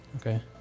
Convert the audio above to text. Okay